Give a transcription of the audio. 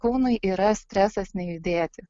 kūnui yra stresas nejudėti